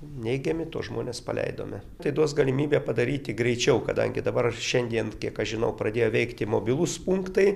neigiami tuos žmones paleidome tai duos galimybę padaryti greičiau kadangi dabar šiandien kiek aš žinau pradėjo veikti mobilūs punktai